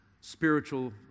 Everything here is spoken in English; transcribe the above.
Spiritual